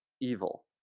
evil